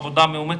עבודה מאומצת,